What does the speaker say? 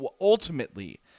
ultimately